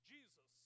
Jesus